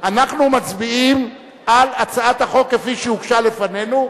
אנחנו מצביעים על הצעת החוק כפי שהוגשה לפנינו.